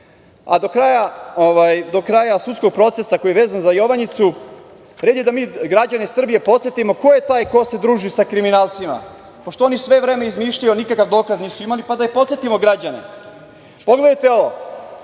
kraja sudskog procesa koji je vezan za „Jovanjicu“ red je da mi građane Srbije podsetimo ko je taj ko se druži sa kriminalcima. Pošto oni sve vreme izmišljaju, a nikakav dokaz nisu imali, pa da podsetimo građane. Pogledajte ovo.